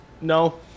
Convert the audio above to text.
no